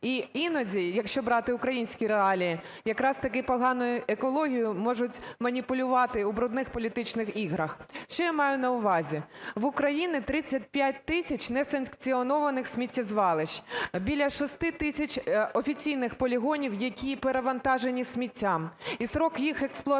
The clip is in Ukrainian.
іноді, якщо брати українські реалії, якраз таки поганою екологією можуть маніпулювати у брудних політичних іграх. Що я маю на увазі? В України 35 тисяч несанкціонованих сміттєзвалищ, біля шести тисяч офіційних полігонів, які перевантажені сміттям, і строк їх експлуатації